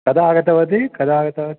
कदा आगतवती कदा आगतवती